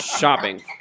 Shopping